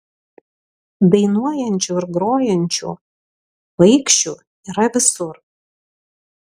dainuojančių ir grojančių paikšių yra visur